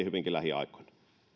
hyvinkin lähiaikoina